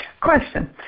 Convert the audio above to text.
Question